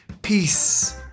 Peace